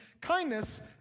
Kindness